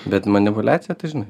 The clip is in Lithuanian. bet manipuliacija tai žinai